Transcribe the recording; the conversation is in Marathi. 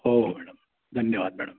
हो हो मॅडम धन्यवाद मॅडम